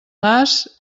nas